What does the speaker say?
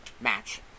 match